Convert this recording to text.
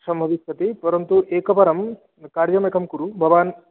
समविच्छति परन्तु एकवारं कार्यमेकं कुरु भवान्